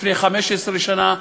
לפני 15 שנה,